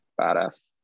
Badass